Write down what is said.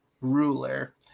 ruler